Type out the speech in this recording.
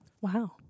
Wow